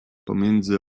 pomiędzy